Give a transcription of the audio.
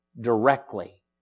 directly